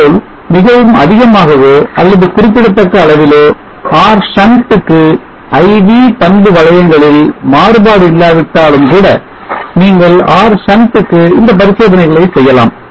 போல் மிகவும் அதிகமாகவோ அல்லது குறிப்பிடத்தக்க அளவிலோ R shunt க்கு I V பண்பு வளையங்களில் மாறுபாடு இல்லாவிட்டாலும் கூட நீங்கள் R shunt க்கு இந்த பரிசோதனைகளை செய்யலாம்